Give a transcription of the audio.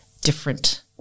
different